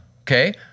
okay